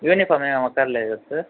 uniform ఏం అక్కర్లేదు కదా సార్